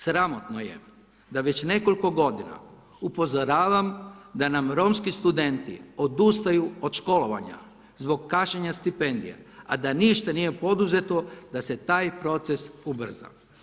Sramotno je da već nekoliko godina upozoravam da nam romski studenti odustaju od školovanja zbog kašnjenja stipendija, a da ništa nije poduzeto da se taj proces ubrza.